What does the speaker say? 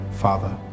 father